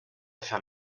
faire